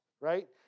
right